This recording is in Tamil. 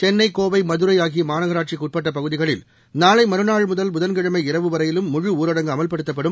சென்னை கோவை மதுரை ஆகிய மாநகராட்சிக்குட்பட்ட பகுதிகளில் நாளை மறுநாள் முதல் புதன்கிழமை இரவு வரையிலும் முழு ஊரடங்கு அமல்படுத்தப்படும்